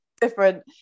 different